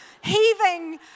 heaving